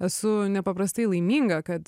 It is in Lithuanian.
esu nepaprastai laiminga kad